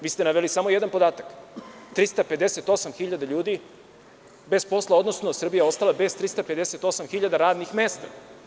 Vi ste naveli samo jedan podatak – 358.000 ljudi je bez posla, odnosno Srbija je ostala bez 358.000 radnih mesta.